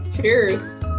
cheers